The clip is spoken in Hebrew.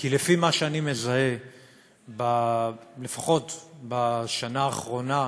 כי לפי מה שאני מזהה, לפחות בשנה האחרונה,